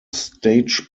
stage